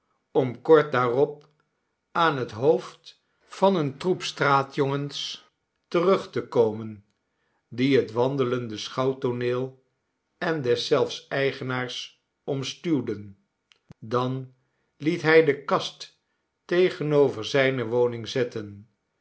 om kort daarop aan het hoofd van een troep straatjongens terug te komen die het wandelende schouwtooneel en deszelfs eigenaars omstuwden dan liet hij de kast tegenover zijne woning zetten